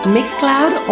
Mixcloud